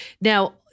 now